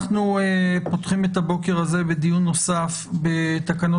אנחנו פותחים את הבוקר הזה בדיון נוסף בתקנות